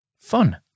fun